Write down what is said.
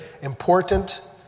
important